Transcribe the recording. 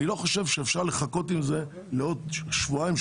אני לא חושב שאפשר לחכות עם זה לעוד שבועיים-שלושה